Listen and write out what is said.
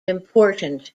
important